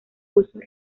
pulsos